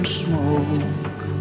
smoke